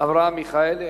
אברהם מיכאלי.